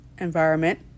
environment